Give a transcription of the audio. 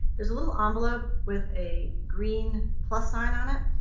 there's a little envelope with a green plus sign on it.